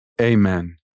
Amen